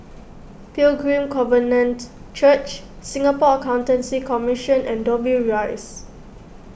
Pilgrim Covenant Church Singapore Accountancy Commission and Dobbie Rise